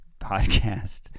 podcast